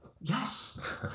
yes